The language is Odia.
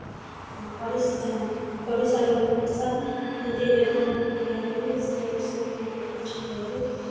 ଓଡ଼ିଶାର ଉପଭାଷା ହିନ୍ଦୀ ଏବଂ ବେଙ୍ଗଲୀ ସେ ବିଷୟରେ ମୁଁ ଅଳ୍ପ କିଛି କହିବି